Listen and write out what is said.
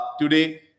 today